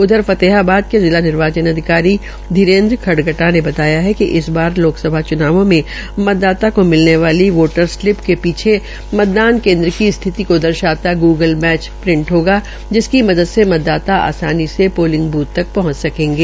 उधर फेतेहाबाद के जिला निर्वाचन अधिकारी धीरेन्द्र खड़गटा ने बताया कि इस बार लोकसभा चूनावों में मतदाता को मिलने वाली वोटर सिलप के पीछे मतदान केन्द्र की स्थिति को दर्शाता ग्रगल मैप प्रिंट होगा जिसकी मदद से मतदाता आसानी से पोलिंग बूथ तक पहंच सकेंगे